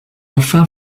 enfin